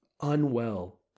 unwell